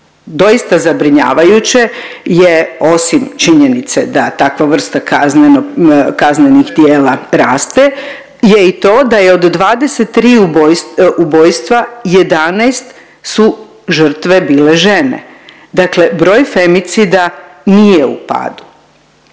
doista zabrinjavajuće je osim činjenice da takva vrsta kaznenih djela raste je i to da je od 23 ubojstva 11 su žrtve bile žene. Dakle, broj femicida nije u padu.